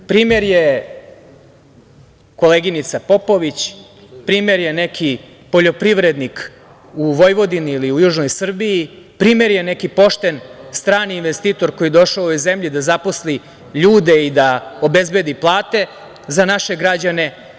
Primer je koleginica Popović, primer je neki poljoprivrednik u Vojvodini ili u južnoj Srbiji, primer je neki pošten strani investitor koji je došao u ovu zemlju da zaposli ljude i da obezbedi plate za naše građane.